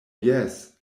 jes